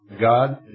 god